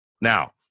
now